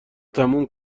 تموم